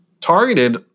targeted